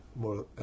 more